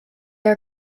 are